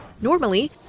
Normally